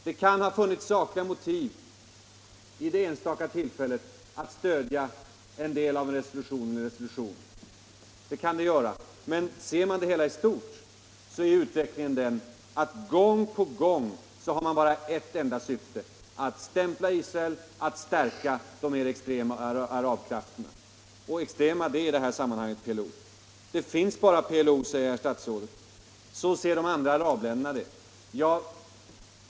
Det kan ha funnits sakliga motiv i det enstaka fallet att stödja en resolution eller en del av en resolution. Men ser vi det hela i stort, så är utvecklingen den att man gång på gång bara har ett enda syfte — att stämpla Israel, att stärka de mer extrema arabkrafterna. Och extrema krafter är i detta sammanhang PLO. Det finns bara PLO, säger herr statsrådet, så ser de andra arabländerna det.